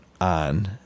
on